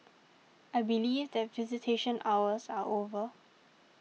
I believe that visitation hours are over